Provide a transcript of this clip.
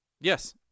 Yes